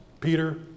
Peter